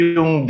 Yung